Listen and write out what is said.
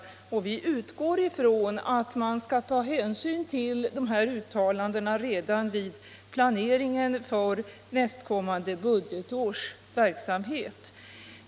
Vi utgår ifrån att man skall ta hänsyn till dessa uttalanden redan vid planeringen för nästkommande budgetårs verksamhet.